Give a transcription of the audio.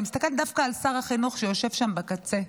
ואני מסתכלת דווקא על שר החינוך, שיושב שם בקצה,